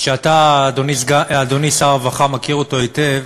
שאתה, אדוני שר הרווחה, מכיר אותו היטב,